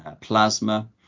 plasma